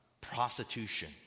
prostitution